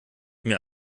mir